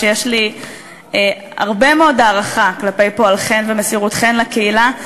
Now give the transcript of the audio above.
יש לי הרבה מאוד הערכה כלפי פועלכן ומסירותכן לקהילה,